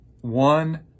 one